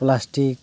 plastic